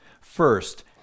First